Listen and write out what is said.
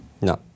No